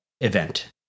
event